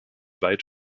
weit